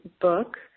book